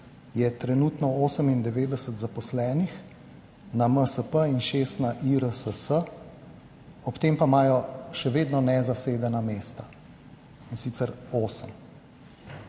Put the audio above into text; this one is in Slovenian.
je trenutno 98 zaposlenih na MSP in 6 na IRSS. Ob tem pa imajo še vedno nezasedena mesta in sicer 8.